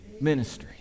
ministry